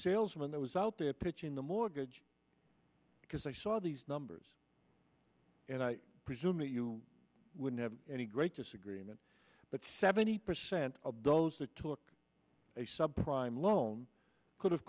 salesman that was out there pitching the mortgage because i saw these numbers and i presume that you wouldn't have any great disagreement but seventy percent of those that took a subprime loan could